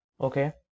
okay